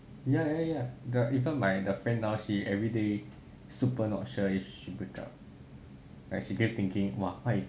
ya ya ya the even my the friend now she everyday super not sure if should break up like she keep thinking what if